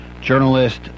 journalist